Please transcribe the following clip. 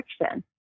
direction